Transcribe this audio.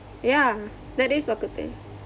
ya that is bak kut teh